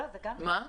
מה?